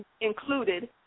included